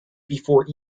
before